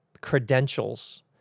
credentials